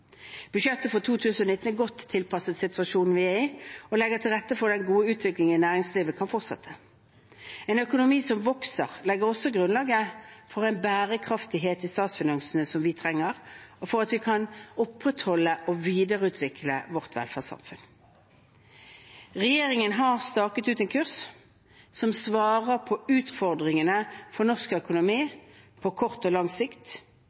Budsjettet for 2019 er godt tilpasset situasjonen vi er i, og legger til rette for at den gode utviklingen i næringslivet kan fortsette. En økonomi som vokser, legger også grunnlaget for bærekraften vi trenger i statsfinansene, og for at vi kan opprettholde og videreutvikle vårt velferdssamfunn. Regjeringen har staket ut en kurs som svarer på utfordringene for norsk økonomi på kort og lang sikt.